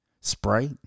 Sprite